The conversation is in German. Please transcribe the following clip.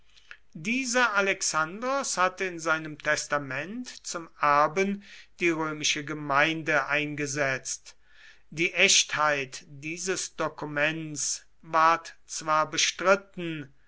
dieser alexandros hatte in seinem testament zum erben die römische gemeinde eingesetzt die echtheit dieses dokuments ward zwar bestritten